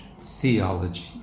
theology